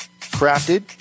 Crafted